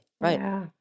right